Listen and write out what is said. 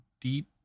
deep